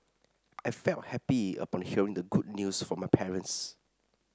I felt happy upon hearing the good news from my parents